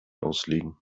auslegen